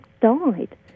died